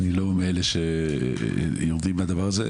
אני לא מאלה שיורדים מהדבר הזה.